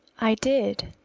i did.